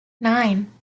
nine